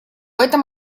этом